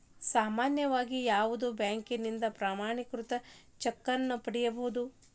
ಸಾಮಾನ್ಯವಾಗಿ ಯಾವುದ ಬ್ಯಾಂಕಿನಿಂದ ಪ್ರಮಾಣೇಕೃತ ಚೆಕ್ ನ ಪಡಿಬಹುದು